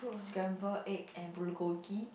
scrambled egg and bulgogi